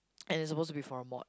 and it's supposed to be for a mod